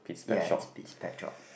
ya it's Pete's pet shop